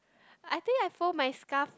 I think I fold my scarf